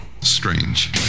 strange